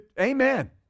Amen